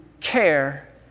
care